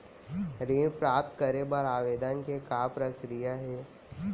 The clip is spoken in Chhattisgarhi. ऋण प्राप्त करे बर आवेदन के का प्रक्रिया हे?